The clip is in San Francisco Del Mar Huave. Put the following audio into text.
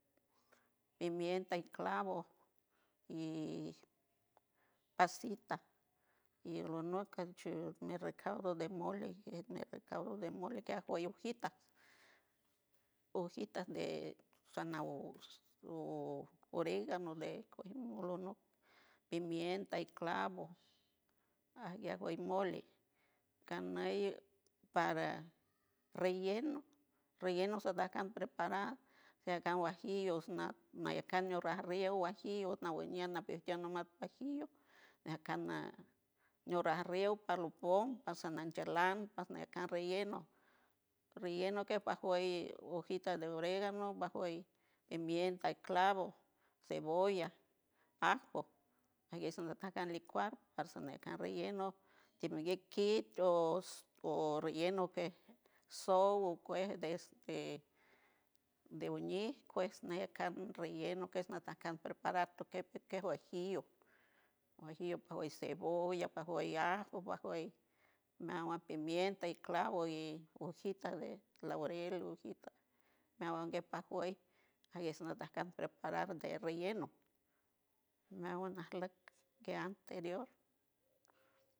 Pimienta y clavo, pacita, tiel pimienta y lonoc chul me recaudo de mole quet ne racaudo de mole keat pawon hojita, hojitas de zanahooo oregano de molonot pimienta y clavo aguiet mole ganey para relleno, relleno sadac preparar huajillo na nayacan no ña rio huajillo na wañan napi tiem huajillo ña can na ño raja rio palopon pasan nayñelan pas niquia relleno, relleno que pue pajowuey hojita de oregan, pajowuey enmiem ta clavo, cebolla, ajo aguen licuado parsanen can relleno tien niguey kit tioos hoo relleno que sow que desde natan can preparar to que pue huajillo, huajillo pawoy cebolla, pajowey ajo pajuwey ayesatam preparar relleno meawuan asloc guean terior.